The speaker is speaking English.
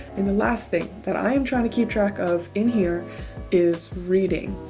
and the last thing that i'm trying to keep track of in here is reading.